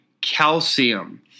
calcium